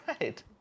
right